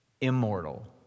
immortal